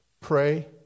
Pray